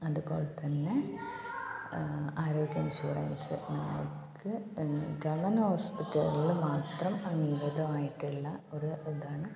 അത്പോലെ തന്നെ ആരോഗ്യ ഇൻഷുറൻസ് നമുക്ക് ഗെവണ്മെൻ്റ് ഹോസ്പിറ്റലുകളിൽ മാത്രം അംഗീകൃതമായിട്ടുള്ള ഒരു ഇതാണ്